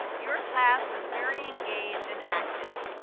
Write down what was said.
your class was very engaged and active,